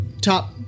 top